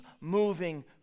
moving